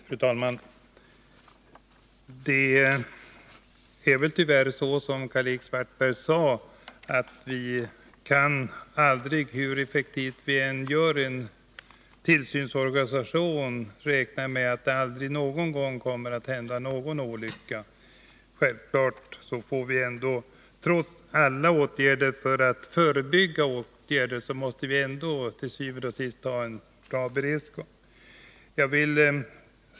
Fru talman! Det är väl tyvärr så, som Karl-Erik Svartberg sade, att vi inte, hur effektiv vi än gör en tillsynsorganisation, kan räkna med att det aldrig någon gång kommer att hända någon olycka. Trots alla åtgärder för att förebygga olyckor måste vi självfallet til syvende og sidst ha en bra beredskap.